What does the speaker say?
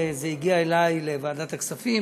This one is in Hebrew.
זה הגיע אלי לוועדת הכספים,